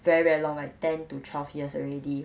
very very long like ten to twelve years already